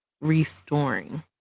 restoring